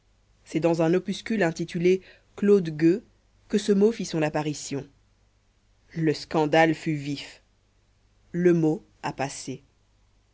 c'est dans un opuscule intitulé claude gueux que ce mot fit son apparition le scandale fut vif le mot a passé